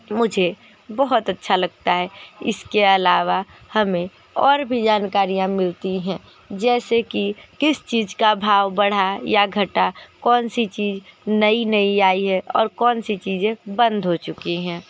मुझे बहुत अच्छा लगता है इसके अलावा हमें और भी जानकारियाँ मिलती हैं जैसे कि किस चीज का भाव बढ़ा या घटा कौन सी चीज नई नई आई है और कौन सी चीजें बंद हो चुकी हैं